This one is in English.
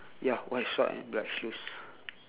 ya white short and black shoes